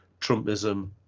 Trumpism